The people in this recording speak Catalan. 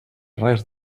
res